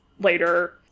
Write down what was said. later